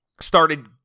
started